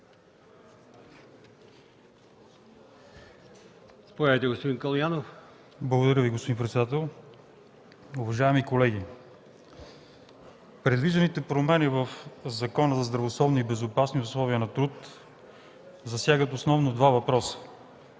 ХРИСТО КАЛОЯНОВ (ГЕРБ): Благодаря Ви, господин председател. Уважаеми колеги, предвижданите промени в Закона за здравословни и безопасни условия на труд засягат основно два въпроса,